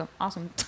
awesome